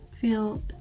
feel